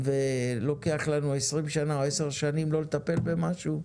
ולוקח לנו 20 שנה או עשר שנים לא לטפל במשהו,